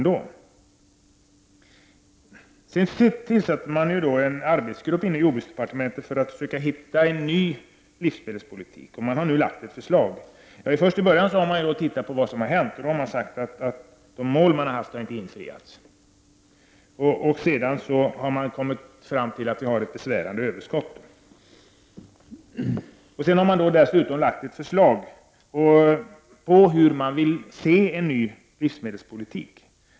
Det tillsattes en arbetsgrupp inom jordbruksdepartementet, som skulle försöka utarbeta en ny livsmedelspolitik. Man har nu lagt fram ett förslag. I början tittade man på vad som har hänt och konstaterade att de mål man har haft inte har uppnåtts. Sedan har man kommit fram till att vi har ett besvärande överskott. Det har lagts fram ett förslag till en ny livsmedelspolitik.